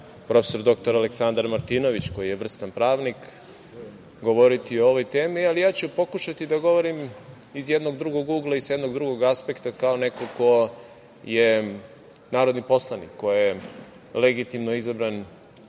prof. dr Aleksandar Martinović, koji je vrstan pravnik, govoriti o ovoj temi, ali ja ću pokušati da govorim iz jednog drugog ugla i sa jednog drugog aspekta, kao neko ko je narodni poslanik, ko je legitimno izabran